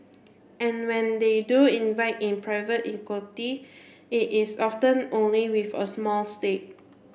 and when they do invite in private equity it is often only with a small stake